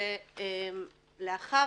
שלאחר